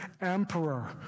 emperor